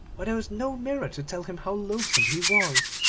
where there was no mirror to tell him how loathsome he was?